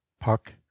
Puck